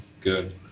Good